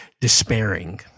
despairing